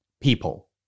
people